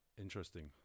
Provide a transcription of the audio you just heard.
Interesting